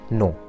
no